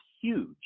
huge